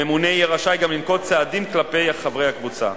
הממונה יהיה רשאי גם לנקוט צעדים כלפי חברי הקבוצה.